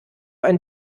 ein